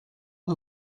who